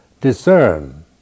discern